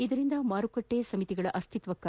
ಇದರಿಂದ ಮಾರುಕಟ್ಟೆ ಸಮಿತಿಗಳ ಅಸ್ತಿತ್ವಕ್ಕೆ